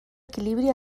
equilibri